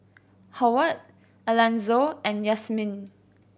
Howard Alanzo and Yasmine